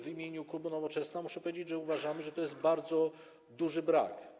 W imieniu klubu Nowoczesna muszę powiedzieć, że uważamy, że to jest bardzo duży brak.